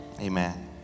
Amen